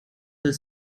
the